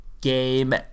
game